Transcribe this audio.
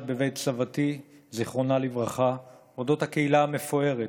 בבית סבתי ז"ל על אודות הקהילה המפוארת,